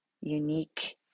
unique